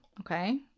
okay